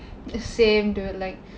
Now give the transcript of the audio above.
the same dude like